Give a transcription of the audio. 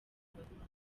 ibakunda